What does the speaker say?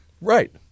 Right